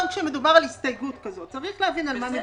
גם כשמדובר על הסתייגות כזאת צריך להבין על מה מדובר.